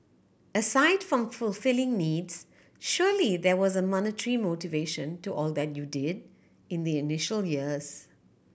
aside from fulfilling needs surely there was a monetary motivation to all that you did in the initial years